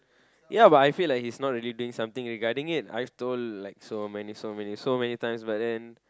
ya but I feel like he's not really doing something regarding it I've told like so many so many so many times but then